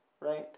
right